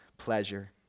Pleasure